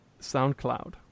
SoundCloud